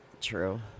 True